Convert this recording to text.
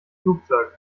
flugzeug